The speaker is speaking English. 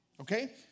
Okay